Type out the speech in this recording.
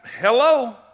hello